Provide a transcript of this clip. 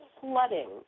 flooding